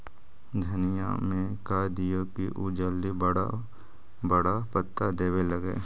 धनिया में का दियै कि उ जल्दी बड़ा बड़ा पता देवे लगै?